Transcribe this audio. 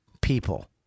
people